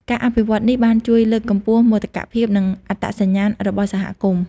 ការអភិវឌ្ឍន៍នេះបានជួយលើកកម្ពស់មោទកភាពនិងអត្តសញ្ញាណរបស់សហគមន៍។